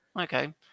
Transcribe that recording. Okay